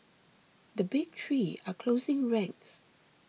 the big three are closing ranks